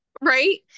Right